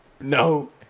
No